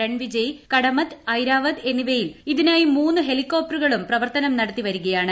രൺവിജയ് കടമത്ത് ഐരാവത്ത് എന്നിവയിൽ ഇതിനായി മൂന്ന് ഹെലികോപ്റ്ററുകളും പ്രവർത്തനം നടത്തിവരികയാണ്